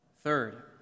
Third